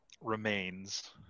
remains